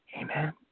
Amen